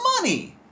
money